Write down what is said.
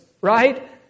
right